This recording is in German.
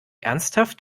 ernsthaft